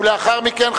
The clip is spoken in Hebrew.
ולאחר מכן,